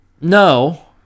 no